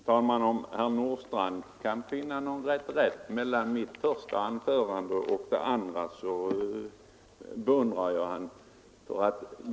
Herr talman! Om herr Nordstrandh kan finna någon reträtt i mitt andra anförande så beundrar jag honom.